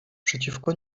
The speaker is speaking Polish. przeciwko